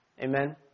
Amen